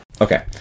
Okay